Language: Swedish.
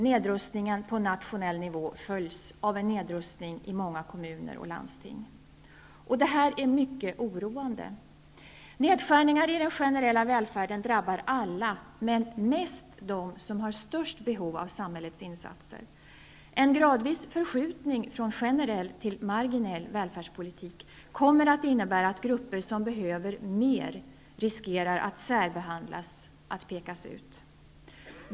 Nedrustningen på nationell nivå följs av en nedrustning i många kommuner och landsting. Detta är mycket oroande. Nedskärningar i den generella välfärden drabbar alla men mest dem som har störst behov av samhällets insatser. En gradvis förskjutning från generell till marginell välfärdspolitik kommer att innebära att grupper som behöver mer riskerar att särbehandlas, att pekas ut.